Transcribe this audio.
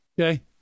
okay